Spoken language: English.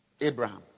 Abraham